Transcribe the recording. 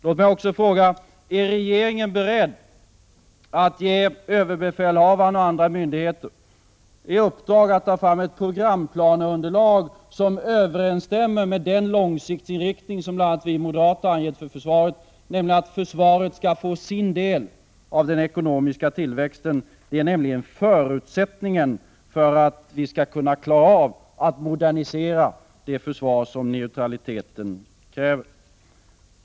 Låt mig också fråga: Är regeringen beredd att ge överbefälhavaren och andra myndigheter i uppdrag att ta fram ett programplaneunderlag som överensstämmer med den långsiktiga inriktning som bl.a. vi moderater angett för försvaret, nämligen att försvaret skall få sin del av den ekonomiska tillväxten? Det är nämligen förutsättningen för att vi skall kunna klara av att modernisera försvaret så som neutraliteten kräver.